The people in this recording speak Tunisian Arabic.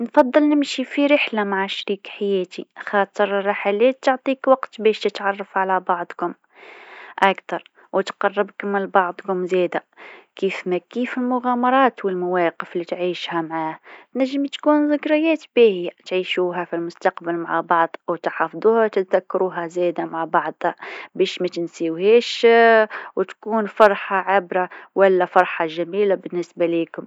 نفضل نمشي في رحله مع شريك حياتي خاطر الرحلات تعطيك وقت باش تتعرف على بعضكم أكثر، و تقربكم لبعضكم زادا، كيف ما كيف المغامرات والمواقف اللي تعيشها معاه، ينجم تكون ذكريات باهيه تعيشوها في المستقبل مع بعض وتحفضوها تتذكروها زادا مع بعض باش ما تنساوهاش وتكون فرحه عابره والا فرحه جميله بالنسبه ليكم.